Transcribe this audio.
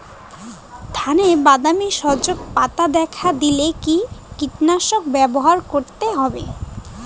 ধানে বাদামি শোষক পোকা দেখা দিলে কি কীটনাশক ব্যবহার করতে হবে?